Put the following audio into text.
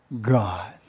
God